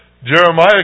Jeremiah